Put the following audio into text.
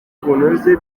bunoze